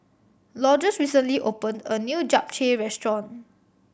Lourdes recently opened a new Japchae Restaurant